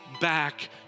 back